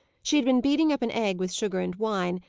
she had been beating up an egg with sugar and wine,